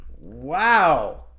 Wow